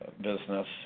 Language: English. Business